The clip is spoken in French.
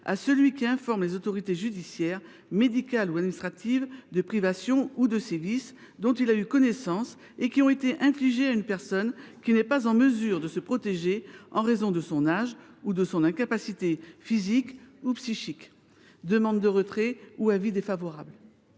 personne qui informe les autorités judiciaires, médicales ou administratives de privations ou de sévices dont elle a eu connaissance et qui ont été infligées à une personne qui n’est pas en mesure de se protéger en raison de son âge ou de son incapacité physique ou psychique. Pour ces raisons, la